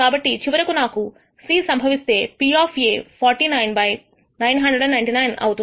కాబట్టి చివరకు నాకు C సంభవిస్తే P 49 by 999 అవుతుంది